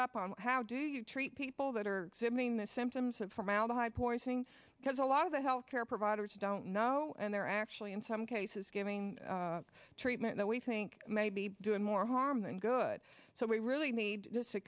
up on how do you treat people that are exhibiting the symptoms of formaldehyde poisoning because a lot of the health care providers don't know and they're actually in some cases giving treatment that we think may be doing more harm than good so we really need this a